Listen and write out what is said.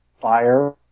fire